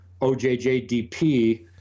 OJJDP